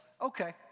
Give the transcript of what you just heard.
okay